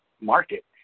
market